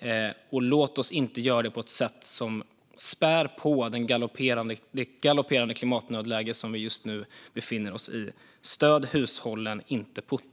eller som späder på det galopperande klimatnödläge som vi just nu befinner oss i. Stöd hushållen, inte Putin!